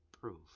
Proof